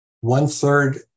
One-third